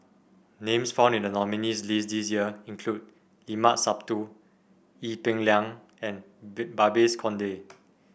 names found in the nominees' list this year include Limat Sabtu Ee Peng Liang and Babes Conde